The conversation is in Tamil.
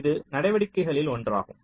இது நடவடிக்கைகளில் ஒன்றாகும்